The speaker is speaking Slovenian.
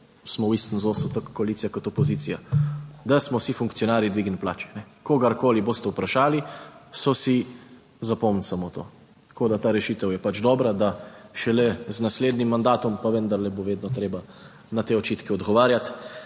smo v istem zosu, tako koalicija kot opozicija: da smo vsi funkcionarji dvignili plače. Kogarkoli boste vprašali, so si zapomnili samo to, tako da ta rešitev je pač dobra, da šele z naslednjim mandatom pa vendarle bo vedno treba na te očitke odgovarjati.